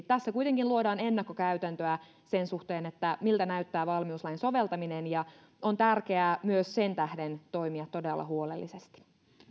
tässä kuitenkin luodaan ennakkokäytäntöä sen suhteen miltä näyttää valmiuslain soveltaminen ja on tärkeää myös sen tähden toimia todella huolellisesti